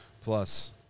Plus